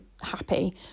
happy